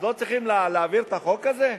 אז לא צריכים להעביר את החוק הזה?